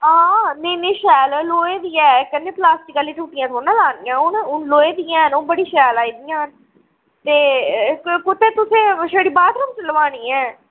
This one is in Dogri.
हां नेईं नेईं शैल ऐ लोहे दी ऐ कन्नै प्लास्टिक आह्लियां टुट्टियां थोह्ड़ै ना लान्ने हून लोहे दियां हैन ओह् बड़ियां शैल आई दियां न ते कुत्थै तुसें छड़ी बाथरूम च लोआनी ऐ